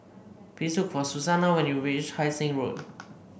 please look for Susannah when you reach Hai Sing Road